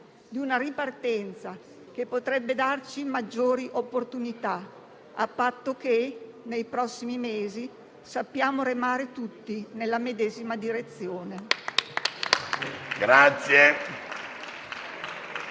di una ripartenza che potrebbe darci maggiori opportunità a patto che, nei prossimi mesi, sappiamo remare tutti nella medesima direzione.